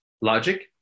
logic